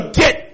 get